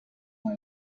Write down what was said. ماه